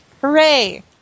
Hooray